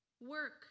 Work